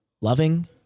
loving